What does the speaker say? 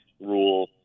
rule